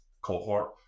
cohort